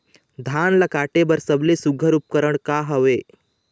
धान ला काटे बर सबले सुघ्घर उपकरण का हवए?